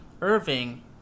Irving